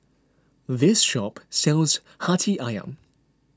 this shop sells Hati Ayam